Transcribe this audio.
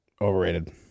Overrated